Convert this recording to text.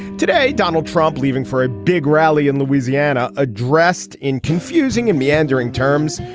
today donald trump leaving for a big rally in louisiana addressed in confusing and meandering terms.